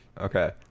Okay